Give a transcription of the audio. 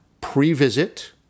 pre-visit